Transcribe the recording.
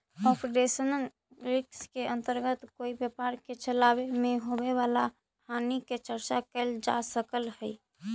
operational risk के अंतर्गत कोई व्यापार के चलावे में होवे वाला हानि के चर्चा कैल जा सकऽ हई